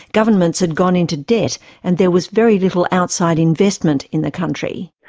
governments had gone into debt and there was very little outside investment in the country.